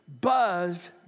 Buzz